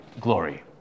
glory